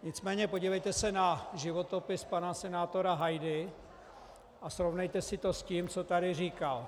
Nicméně podívejte se na životopis pana senátora Hajdy a srovnejte si to s tím, co tady říkal.